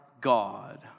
God